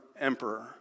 emperor